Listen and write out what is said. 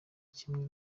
kimwe